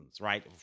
right